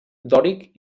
dòric